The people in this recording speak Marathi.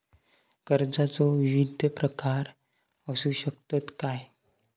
कर्जाचो विविध प्रकार असु शकतत काय?